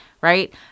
Right